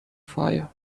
fire